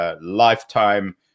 lifetime